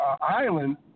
island